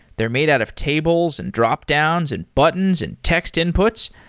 they're made out of tables, and dropdowns, and buttons, and text inputs.